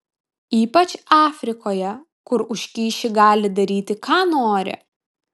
ypač afrikoje kur už kyšį gali daryti ką nori